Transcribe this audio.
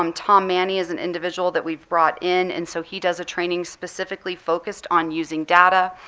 um tom manny is an individual that we've brought in. and so he does a training specifically focused on using data,